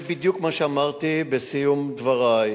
זה בדיוק מה שאמרתי בסיום דברי,